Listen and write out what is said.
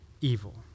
evil